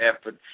effort